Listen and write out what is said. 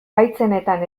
gaitzenetan